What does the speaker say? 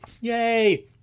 Yay